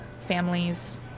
families